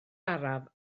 araf